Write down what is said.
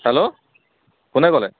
hello কোনে ক'লে